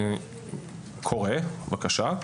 אני קורא, בבקשה.